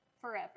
forever